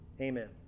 Amen